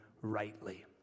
rightly